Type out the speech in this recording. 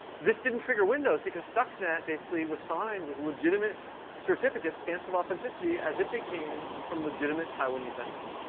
this didn't trigger windows, because stuxnet basically was signed with legitimate certificate stamps of authenticity as if they came from legitimate taiwanese vendors.